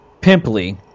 pimply